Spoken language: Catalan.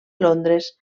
londres